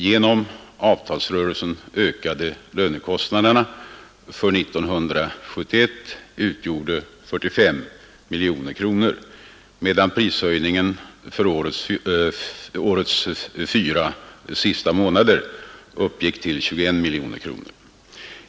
Den ökning av lönekostnaderna som blev en följd av avtalsrörelsen uppgick till 45 miljoner kronor, medan prishöjningen för årets fyra sista månader uppgick till 21 miljoner kronor.